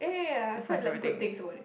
is my favourite thing ah